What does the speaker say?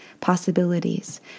possibilities